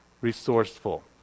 resourceful